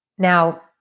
Now